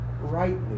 rightly